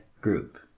group